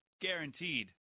Guaranteed